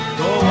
go